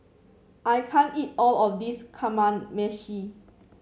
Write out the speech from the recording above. I can't eat all of this Kamameshi